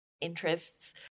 interests